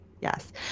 Yes